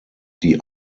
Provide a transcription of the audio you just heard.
die